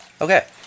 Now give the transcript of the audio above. Okay